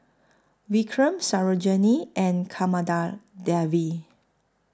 Vikram Sarojini and Kamada Devi